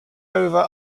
over